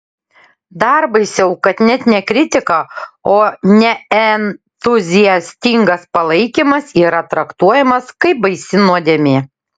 dar baisiau kad net ne kritika o neentuziastingas palaikymas yra traktuojamas kaip baisi nuodėmė